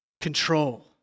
Control